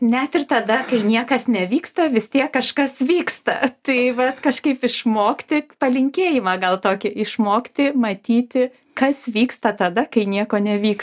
net ir tada kai niekas nevyksta vis tiek kažkas vyksta tai vat kažkaip išmokti palinkėjimą gal tokį išmokti matyti kas vyksta tada kai nieko nevyks